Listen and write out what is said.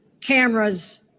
cameras